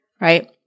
right